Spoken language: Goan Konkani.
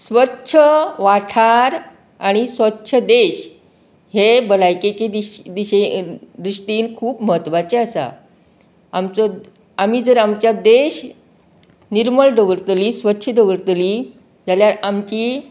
स्वच्छ वाठार आनी स्वच्छ देश हें भलायकेचे दिशे दृश्टीन खूब म्हत्वाचें आसा आमचो आमी जर आमच्या देश निर्मळ दवरतलीं स्वच्छ दवरतलीं जाल्यार आमची